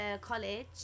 college